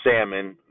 salmon